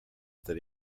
that